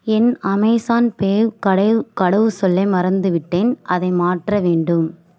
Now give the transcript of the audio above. என் Amazon Pay கடவு கடவுச்சொல்லை மறந்துவிட்டேன் அதை மாற்ற வேண்டும்